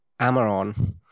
Amaron